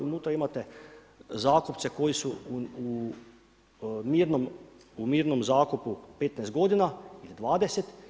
Unutra imate zakupce koji su u mirnom zakupu 15 godina ili 20.